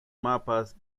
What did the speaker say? mapas